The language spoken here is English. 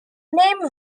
name